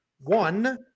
one –